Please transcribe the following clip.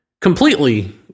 completely